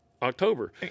October